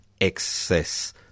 excess